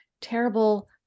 terrible